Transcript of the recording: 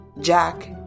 Jack